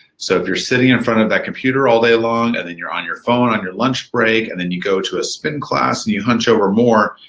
so if you're sitting in front of that computer all day long, and then you're on your phone on your lunch break, and then you go to a spin class, and you hunch over more,